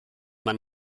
man